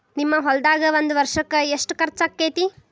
ನಿಮ್ಮ ಹೊಲ್ದಾಗ ಒಂದ್ ವರ್ಷಕ್ಕ ಎಷ್ಟ ಖರ್ಚ್ ಆಕ್ಕೆತಿ?